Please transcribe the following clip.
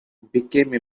became